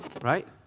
Right